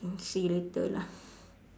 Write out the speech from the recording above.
can see later lah